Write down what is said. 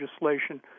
legislation